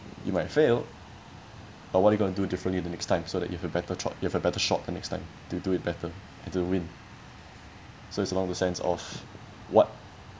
you might fail but what are you going to do differently the next time so that you have better thought you have a better shot the next time to do it better and to win so it's along the sense of what